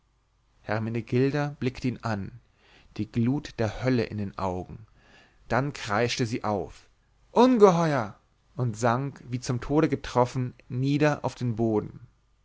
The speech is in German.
hermenegilda blickte ihn an die glut der hölle in den augen dann kreischte sie auf ungeheuer und sank wie zum tode getroffen nieder auf den boden